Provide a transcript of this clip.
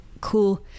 cool